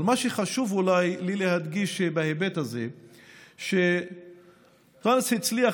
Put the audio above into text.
אבל מה שחשוב אולי לי להדגיש בהיבט הזה הוא שאנטאנס הצליח